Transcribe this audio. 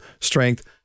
Strength